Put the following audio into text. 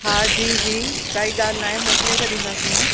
हा जी जी काई ॻाल्हि नाहे मोकिले छॾींदसि मां